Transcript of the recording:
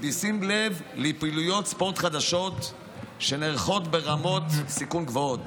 ובשים לב לפעילויות ספורט חדשות שנערכות ברמות סיכון גבוהות,